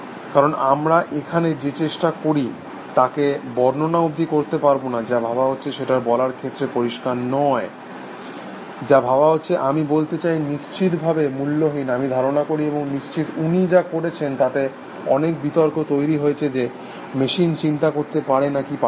কারণ আমরা এখানে যে চেষ্টা করি তাকে বর্ণনা অবধি করতে পারব না যা ভাবা হচ্ছে সেটা বলার ক্ষেত্রে পরিষ্কার নয় যা ভাবা হচ্ছে আমি বলতে চাই নিশ্চিতভাবে মূল্যহীন আমি ধারণা করি এবং নিশ্চিত উনি যা করেছেন তাতে অনেক বিতর্ক তৈরি হয়েছে যে মেশিন চিন্তা করতে পারে নাকি পারে না